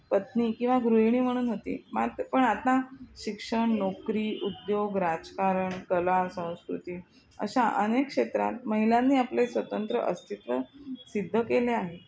पत्नी किंवा गृहिणी म्हणून होती मात्र पण आता शिक्षण नोकरी उद्योग राजकारण कला संस्कृती अशा अनेक क्षेत्रात महिलांनी आपले स्वतंत्र अस्तित्व सिद्ध केले आहे